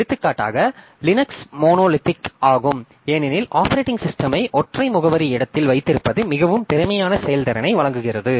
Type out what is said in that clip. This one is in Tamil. எடுத்துக்காட்டாக லினக்ஸ் மோனோலித்திக் ஆகும் ஏனெனில் ஆப்பரேட்டிங் சிஸ்டமை ஒற்றை முகவரி இடத்தில் வைத்திருப்பது மிகவும் திறமையான செயல்திறனை வழங்குகிறது